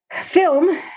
film